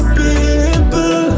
people